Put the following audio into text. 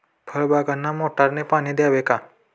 फळबागांना मोटारने पाणी द्यावे का?